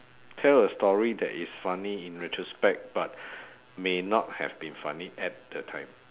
tell a story that is funny in retrospect but may not have been funny at the time